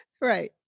right